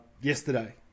yesterday